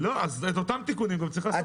את אותם תיקונים צריך לעשות.